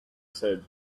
said